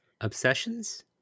Obsessions